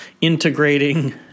integrating